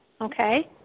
Okay